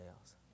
else